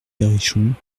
perrichon